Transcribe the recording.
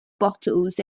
bottles